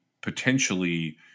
potentially